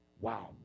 Wow